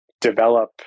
develop